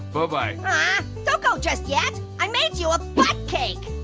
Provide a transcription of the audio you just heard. buh-bye. aww, don't go just yet. i made you a butt cake.